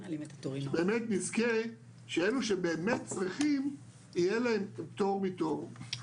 שבאמת נזכה שאלו שבאמת צריכים יהיה להם את הפטור מתור.